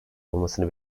olmasını